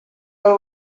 del